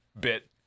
bit